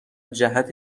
جهت